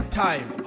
time